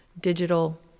digital